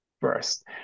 first